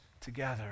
together